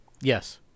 Yes